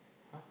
!huh!